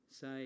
say